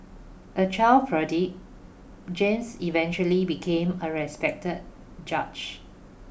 a child prodigy James eventually became a respected judge